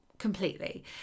completely